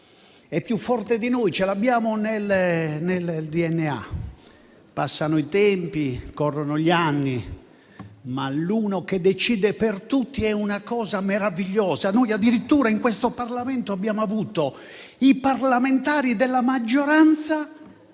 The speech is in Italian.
è più forte di noi, ce l'abbiamo nel DNA. Passano i tempi e corrono gli anni, ma l'uno che decide per tutti è una cosa meravigliosa; noi addirittura in questo Parlamento abbiamo avuto i parlamentari della maggioranza